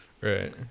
Right